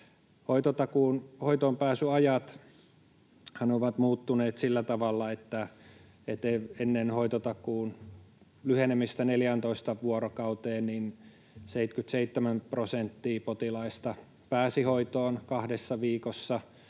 Hoitotakuun hoitoonpääsyajathan ovat muuttuneet sillä tavalla, että ennen hoitotakuun lyhenemistä 14 vuorokauteen 77 prosenttia potilaista pääsi hoitoon kahdessa viikossa,